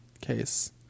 case